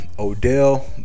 Odell